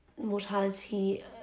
mortality